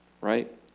right